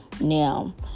Now